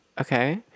okay